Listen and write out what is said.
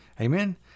amen